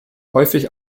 häufig